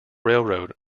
railroad